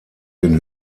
den